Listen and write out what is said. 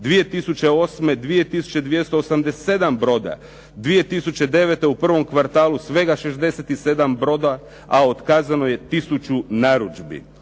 tisuće 287 broda, 2009. u prvom kvartalu svega 67 brodova, a otkazano je tisuću narudžbi.